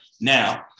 Now